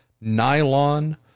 nylon